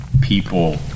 people